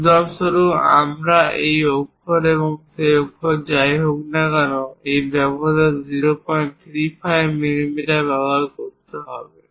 উদাহরণস্বরূপ এই অক্ষর এবং সেই অক্ষর যাই হোক না কেন এই ব্যবধান 035 মিলিমিটার ব্যবহার করতে হবে